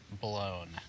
blown